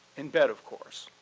in bed of course,